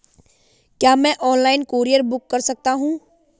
क्या मैं online courier book कर सकता हूँ?